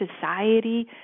society